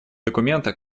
документа